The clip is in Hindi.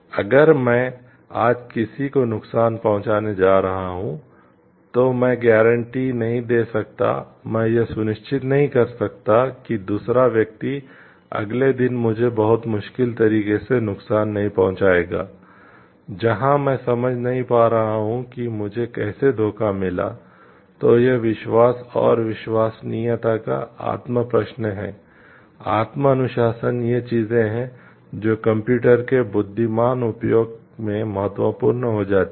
अगर मैं आज किसी को नुकसान पहुंचाने जा रहा हूं तो मैं गारंटी के बुद्धिमान उपयोग में महत्वपूर्ण हो जाती हैं